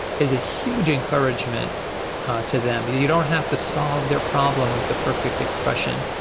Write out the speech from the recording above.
is a huge encouragement to them. you you don't have to solve their problem with a perfect expression.